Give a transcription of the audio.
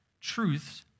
truths